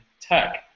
tech